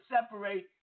separate